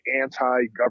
anti-government